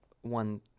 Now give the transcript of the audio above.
one